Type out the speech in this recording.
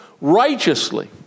righteously